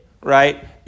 right